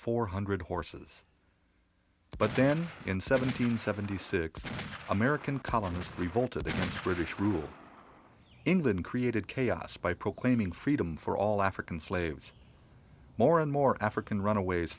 four hundred horses but then in seven hundred seventy six american colonies revolted the british rule england created chaos by proclaiming freedom for all african slaves more and more african runaways